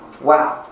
Wow